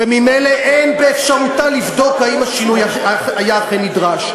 וממילא אין באפשרותה לבדוק אם השינוי היה אכן נדרש".